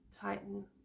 Tighten